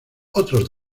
otros